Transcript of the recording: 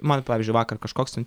man pavyzdžiui vakar kažkoks ten